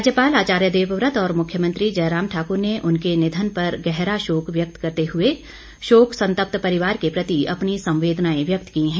राज्यपाल आचार्य देवव्रत और मुख्यमंत्री जयराम ठाकर ने उनके निधन पर गहरा शोक व्यक्त करते हुए शोक संतप्त परिवार के प्रति अपनी संवेदनाएं व्यक्त की हैं